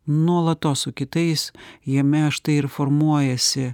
nuolatos su kitais jame štai ir formuojasi